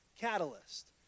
catalyst